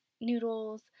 noodles